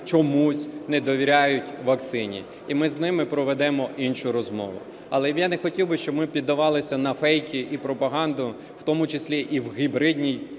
чомусь не довіряють вакцині, і ми з ними проведемо іншу розмову. Але я не хотів би, щоб ми піддавалися на фейки і пропаганду, в тому числі і в гібридній